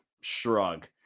shrug